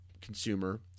consumer